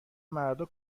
مردا